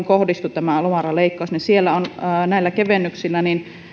kohdistui tämä lomarahaleikkaus siellä näillä kevennyksillä